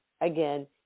again